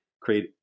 create